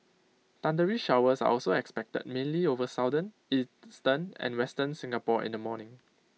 thundery showers are also expected mainly over southern eastern and western Singapore in the morning